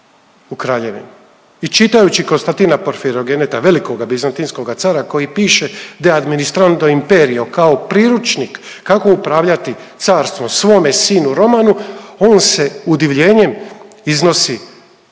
I čitaju Konstatina Porfirogeneta velikoga bizatinskoga cara koji piše De administrando imperio kao priručnik kako upravljati carstvom svome sinu Romanu, on se udivljenjem iznosi